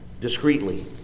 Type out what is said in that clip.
discreetly